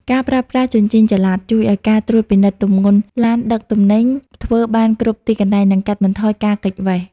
ការប្រើប្រាស់ "ជញ្ជីងចល័ត" ជួយឱ្យការត្រួតពិនិត្យទម្ងន់ឡានដឹកទំនិញធ្វើបានគ្រប់ទីកន្លែង និងកាត់បន្ថយការគេចវេស។